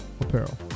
Apparel